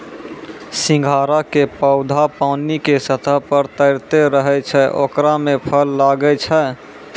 सिंघाड़ा के पौधा पानी के सतह पर तैरते रहै छै ओकरे मॅ फल लागै छै